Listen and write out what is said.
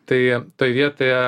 tai toj vietoje